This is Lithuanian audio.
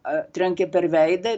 trenkė per veidą